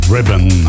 Ribbon